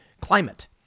climate